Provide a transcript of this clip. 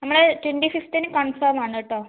നമ്മൾ ട്വൻറ്റി ഫിഫ്ത്തിന് കൺഫോമാണ് കേട്ടോ